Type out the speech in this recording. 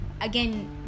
again